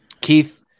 Keith